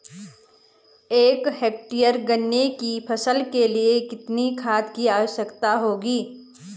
एक हेक्टेयर गन्ने की फसल के लिए कितनी खाद की आवश्यकता होगी?